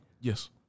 Yes